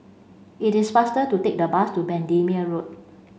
it is faster to take the bus to Bendemeer Road